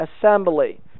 assembly